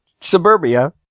suburbia